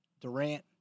Durant